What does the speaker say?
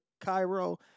Cairo